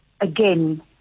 again